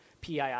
PII